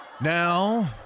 Now